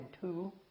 two